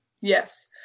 yes